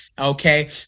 Okay